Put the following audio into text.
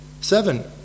Seven